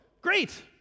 great